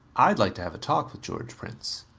i'd like to have a talk with george prince.